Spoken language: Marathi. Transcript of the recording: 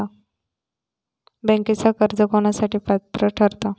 बँकेतला कर्ज कोणासाठी पात्र ठरता?